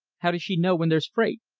how does she know when there's freight?